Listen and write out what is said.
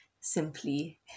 simply